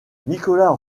nicolas